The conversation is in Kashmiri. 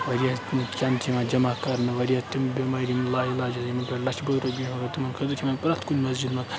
واریاہ کھٮ۪ن چھُ یِوان جمع کَرنہٕ واریاہ تِم بیٚمارِ یِم لا علاج یِمَن پٮ۪ٹھ لَچھٕ بوٚد رۅپیہِ ہٮ۪وان تِمَن خٲطرٕ چھِ یِمَن پرٛتھ کُنہِ مَسجِد منٛز